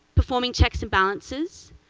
performing checks and balances,